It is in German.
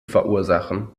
verursachen